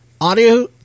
Audio